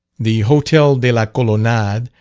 the hotel de la colonade,